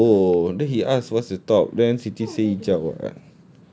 a photo then he asked what's the top then siti said hijau ah